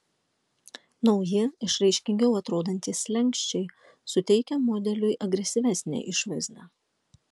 nauji išraiškingiau atrodantys slenksčiai suteikia modeliui agresyvesnę išvaizdą